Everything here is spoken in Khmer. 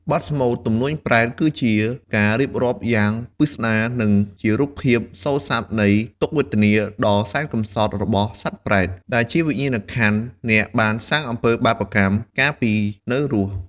បទស្មូត ទំនួញប្រេត គឺជាការរៀបរាប់យ៉ាងពិស្ដារ និងជារូបភាពសូរស័ព្ទនៃ ទុក្ខវេទនាដ៏សែនកម្សត់ របស់សត្វប្រេត ដែលជាវិញ្ញាណក្ខន្ធអ្នកបានសាងអំពើបាបកម្មកាលពីនៅរស់។